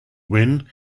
win